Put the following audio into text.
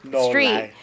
street